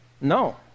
No